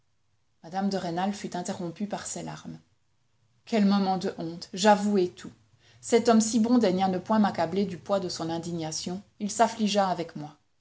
mme de rênal fut interrompue par ses larmes quel moment de honte j'avouai tout cet homme si bon daigna ne point m'accabler du poids de son indignation il s'affligea avec moi